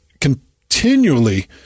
continually